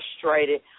frustrated